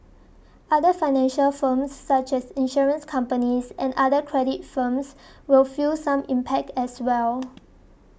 other financial firms such as insurance companies and other credit firms will feel some impact as well